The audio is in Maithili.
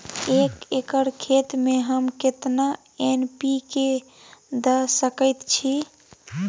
एक एकर खेत में हम केतना एन.पी.के द सकेत छी?